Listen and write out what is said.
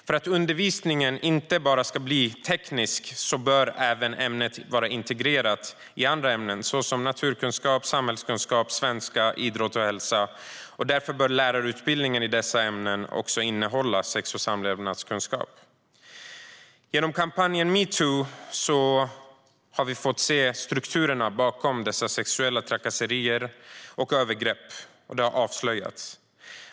För att undervisningen inte bara ska bli teknisk bör ämnet vara integrerat även i andra ämnen, såsom naturkunskap, samhällskunskap, svenska samt idrott och hälsa. Därför bör lärarutbildningen i dessa ämnen också innehålla sex och samlevnadskunskap. Genom kampanjen metoo har vi fått se strukturerna bakom sexuella trakasserier och övergrepp avslöjas.